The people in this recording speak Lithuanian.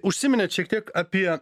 užsiminėt šiek tiek apie